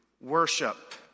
worship